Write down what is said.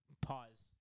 Pause